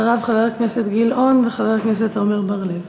אחריו, חבר הכנסת גילאון וחבר הכנסת עמר בר-לב.